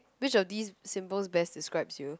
which of these symbols best describe you